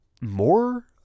more